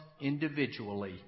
individually